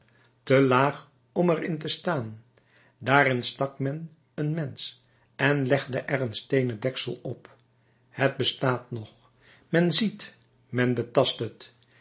te laag om er in te staan daarin stak men een mensch en legde er een steenen deksel op het bestaat nog men ziet men betast het